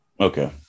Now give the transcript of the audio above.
Okay